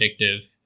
addictive